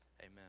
Amen